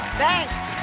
thanks,